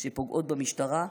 שפוגעות במשטרה,